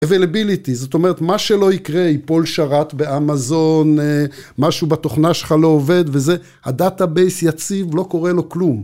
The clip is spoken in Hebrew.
availability, זאת אומרת, מה שלא יקרה, יפול שרת באמזון, משהו בתוכנה שלך לא עובד, וזה, הדאטאבייס יציב, לא קורה לו כלום.